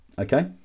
Okay